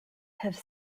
have